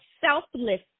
selfless